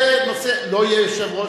זה נושא לא יהיה יושב-ראש,